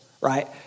right